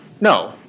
No